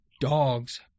dogs